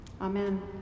Amen